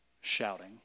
shouting